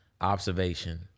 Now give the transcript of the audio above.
observation